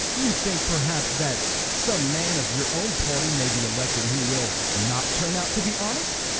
you think, perhaps, that some man of your own party may be elected who will not turn out to be honest?